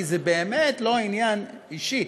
כי זה באמת לא עניין אישי,